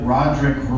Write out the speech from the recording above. Roderick